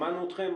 שמענו אתכם,